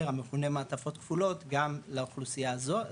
המכונה מעטפות כפולות גם לאוכלוסייה הזאת?